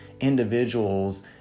individuals